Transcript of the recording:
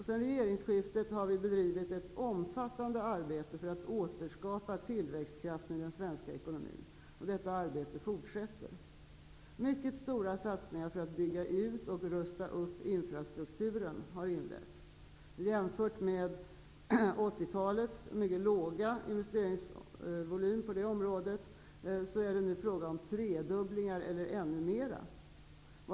Sedan regeringsskiftet har vi bedrivit ett omfattande arbete för att återskapa tillväxtkraften i den svenska ekonomin. Detta arbete fortsätter. Mycket stora satsningar för att bygga ut och rusta upp infrastrukturen har inletts. Jämfört med 1980 talets mycket låga investeringsvolym på det området, är det nu fråga om tredubblingar eller ännu mer.